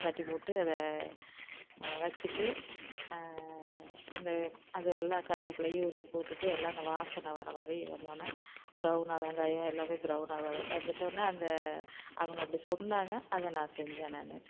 தட்டிப் போட்டு அதை வச்சிகிட்டு இந்த அது எல்லாம் கருவேப்புலையும் உருவிப் போட்டுவிட்டு எல்லாம் அந்த வாசனை வர்ற வரையும் வந்தோன்ன ப்ரௌனாக வெங்காயம் எல்லாமே ப்ரௌனாக வரும் வந்துட்டோன்ன அந்த அவங்க அப்படி சொன்னாங்க அதை நான் செஞ்சேன் நான்